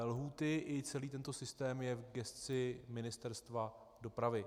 Lhůty i celý tento systém je v gesci Ministerstva dopravy.